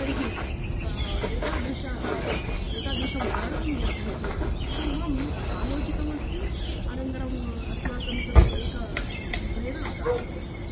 तर्हि एतादृशः एतादृशं वर्णनं यद्भवति तत् सर्वं कालोचितमस्ति अनन्तरम् अस्माकं कृते एक प्रेरणादायकमस्ति